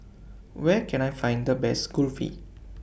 Where Can I Find The Best Kulfi